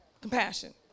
compassion